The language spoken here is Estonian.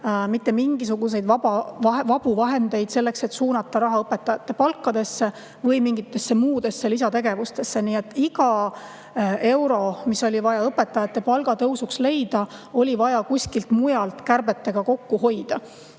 mitte mingisuguseid vabu vahendeid selleks, et suunata raha õpetajate palkadesse või mingitesse muudesse lisategevustesse. Nii et iga euro, mis oli vaja õpetajate palga tõusuks leida, oli vaja kuskilt mujalt kärbetega kokku hoida.